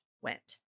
went